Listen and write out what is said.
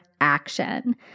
action